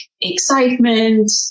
excitement